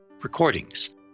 recordings